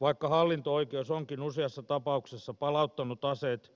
vaikka hallinto oikeus onkin useassa tapauksessa palauttanut aseet